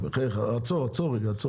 בחייך, עצור רגע.